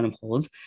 holds